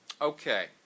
Okay